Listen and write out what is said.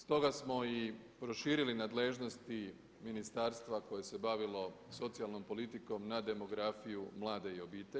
Stoga smo i proširili nadležnosti ministarstva koje se bavilo socijalnom politikom na demografiju, mlade i obitelj.